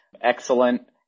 excellent